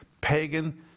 pagan